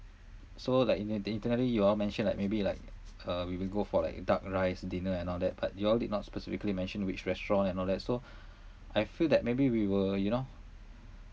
so like in the itinerary you all mentioned like maybe like uh we will go for like duck rice dinner and all that but you all did not specifically mentioned which restaurant and all that so I feel that maybe we were you know